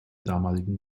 damaligen